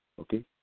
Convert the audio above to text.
Okay